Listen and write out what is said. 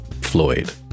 floyd